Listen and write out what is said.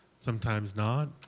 sometimes not.